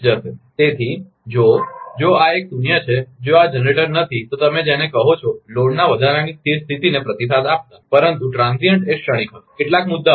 તેથી જો જો આ એક શૂન્ય છે જો આ જનરેટર નથી તો તમે જેને કહો છો લોડના વધારાની સ્થિર સ્થિતિને પ્રતિસાદ આપતા પરંતુ ક્ષણિક એ ક્ષણિક હશે કેટલાક મુદ્દાઓ